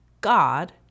God